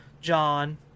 John